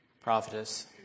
prophetess